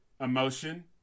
emotion